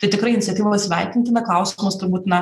tai tikrai iniciatyva sveikintina kausimas turbūt na